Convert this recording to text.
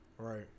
Right